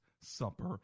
Supper